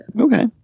Okay